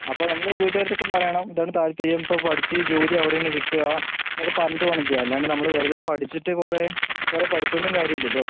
അപ്പോൾ നമ്മൾ വീട്ടുകാരുടെ അടുത്തൊക്കെ പറയണം ഇതാണ് താൽപര്യം ഇപ്പം പഠിച്ച് ജോലി അവിടെയാണ് കിട്ടുക എന്നൊക്കെ പറഞ്ഞിട്ട് വേണം ചെയ്യാൻ അല്ലാണ്ട് നമ്മൾ വെറുതെ പഠിച്ചിട്ട് കുറേ കുറേ പഠിച്ചതുകൊണ്ടും കാര്യം ഇല്ലല്ലോ